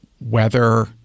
Weather